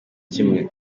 kimwe